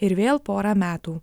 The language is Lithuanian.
ir vėl porą metų